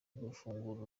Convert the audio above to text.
gufungura